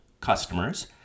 customers